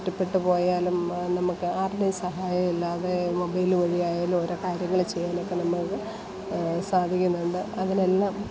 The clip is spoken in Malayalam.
ഒറ്റപ്പെട്ടുപോയാലും നമുക്ക് ആരുടെയും സഹായം ഇല്ലാതെ മൊബൈൽ വഴി ആയാലും ഓരോ കാര്യങ്ങൾ ചെയ്യാനൊക്കെ നമ്മൾക്ക് സാധിക്കുന്നുണ്ട് അങ്ങനെയെല്ലാം